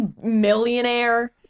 millionaire